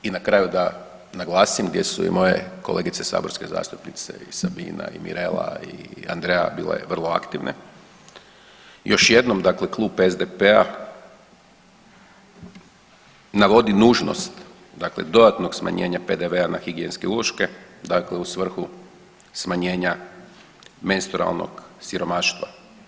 I na kraju da naglasim gdje su i moje kolegice saborske zastupnice i Sabina i Mirela i Andrea bile vrlo aktivne, još jednom klub SDP-a navodi nužnost dodatnog smanjenja PDV-a na higijenske uloške u svrhu smanjenja menstrualnog siromaštva.